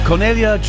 Cornelia